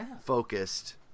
focused